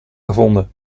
gevonden